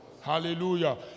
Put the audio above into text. Hallelujah